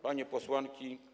Panie Posłanki!